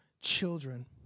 children